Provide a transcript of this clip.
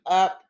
up